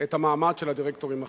את המעמד של הדירקטורים החיצוניים.